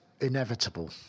inevitable